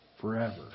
forever